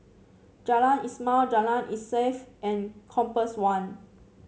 Jalan Ismail Jalan Insaf and Compass One